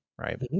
Right